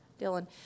Dylan